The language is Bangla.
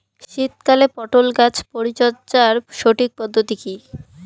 শীতকালে পটল গাছ পরিচর্যার সঠিক পদ্ধতি কী?